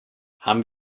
haben